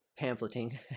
pamphleting